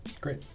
Great